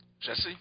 Jesse